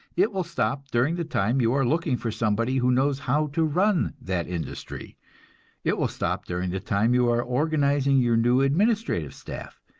it will stop during the time you are looking for somebody who knows how to run that industry it will stop during the time you are organizing your new administrative staff.